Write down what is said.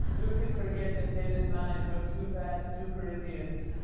who can forget the famous line from two fast two corinthians